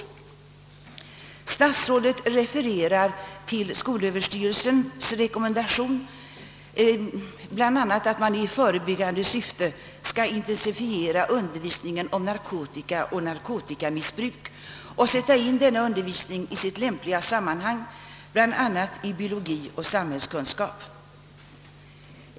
Herr statsrådet refererar till skolöverstyrelsens rekommendation, där det bl.a. heter att man i förebyggande syfte skall intensifiera undervisningen om narkotika och narkotikamissbruk och skall sätta in denna undervisning i sitt lämpliga sammanhang, bl.a. i biologi och samhällskunskap.